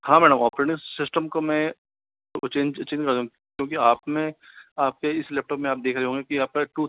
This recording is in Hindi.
हाँ मैडम ऑपरेटिंग सिस्टम को मैं चेंज करता हूँ क्योंकि आपने आपके इस लैपटॉप में आप देख रहे होंगे की आपका टू